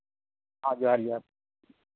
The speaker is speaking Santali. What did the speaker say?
ᱦᱮᱸ ᱡᱚᱸᱦᱟᱨ ᱡᱚᱸᱦᱟᱨ